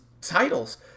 titles